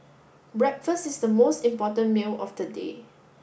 breakfast is the most important meal of the day